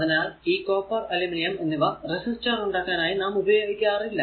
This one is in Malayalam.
അതിനാൽ ഈ കോപ്പർ അലൂമിനിയം എന്നിവ റെസിസ്റ്റർ ഉണ്ടാക്കാനായി നാം ഉപയോഗിക്കാറില്ല